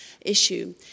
issue